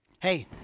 Hey